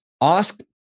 ask